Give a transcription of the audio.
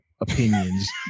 opinions